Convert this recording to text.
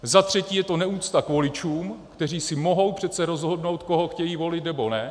Za třetí je to neúcta k voličům, kteří si mohou přece rozhodnout, koho chtějí volit, nebo ne.